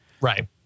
Right